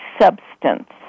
substance